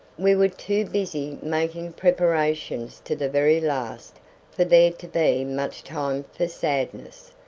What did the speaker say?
we were too busy making preparations to the very last for there to be much time for sadness,